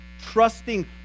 trusting